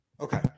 Okay